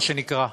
מה שנקרא.